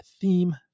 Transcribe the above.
theme